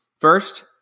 First